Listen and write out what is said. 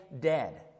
dead